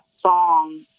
song